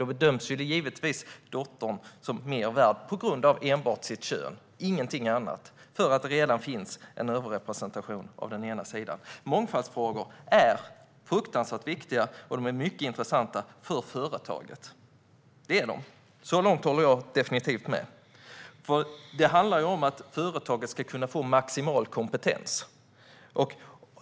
Då bedöms givetvis dottern vara mer värd på grund av enbart sitt kön och ingenting annat för att det redan finns en överrepresentation av den ena sidan. Mångfaldsfrågor är fruktansvärt viktiga och mycket intressanta för företaget. Så långt håller jag definitivt med. Det handlar om att företaget ska kunna få maximal kompetens.